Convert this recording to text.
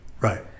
right